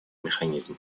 механизм